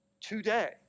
today